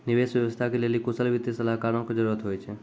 निवेश व्यवस्था के लेली कुशल वित्तीय सलाहकारो के जरुरत होय छै